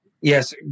Yes